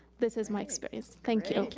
this is my experience. thank you.